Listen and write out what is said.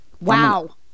Wow